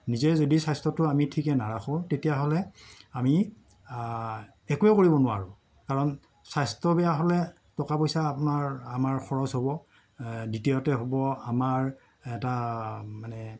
নিজে যদি স্বাস্থ্যটো আমি ঠিকে নাৰাখোঁ তেতিয়াহ'লে আমি একোৱে কৰিব নোৱাৰোঁ কাৰণ স্বাস্থ্য বেয়া হ'লে টকা পইচা আপোনৰ আমাৰ খৰচ হ'ব দ্বিতীয়তে হ'ব আমাৰ এটা মানে